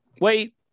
Wait